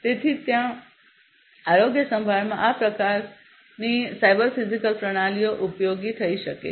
તેથી ત્યાં જ આરોગ્યસંભાળમાં આ પ્રકારની સાયબર ફિઝિકલ પ્રણાલીઓ ઉપયોગી થઈ શકે છે